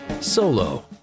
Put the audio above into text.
Solo